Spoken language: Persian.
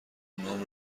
اونام